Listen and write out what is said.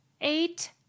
Eight